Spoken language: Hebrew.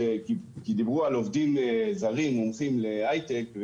שדיברו על עובדים זרים מומחים להיי-טק,